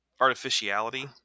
artificiality